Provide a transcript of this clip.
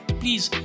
please